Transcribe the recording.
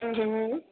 हम्म हम्म